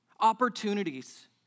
opportunities